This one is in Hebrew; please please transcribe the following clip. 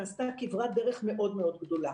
נעשתה כברת דרך מאוד-מאוד גדולה,